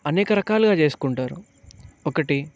అనేక రకాలుగా చేసుకుంటారు ఒకటి